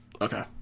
Okay